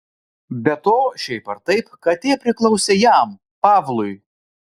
be to šiaip ar taip katė priklausė jam pavlui